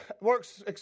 works